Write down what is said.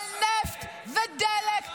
אבל נפט ודלק,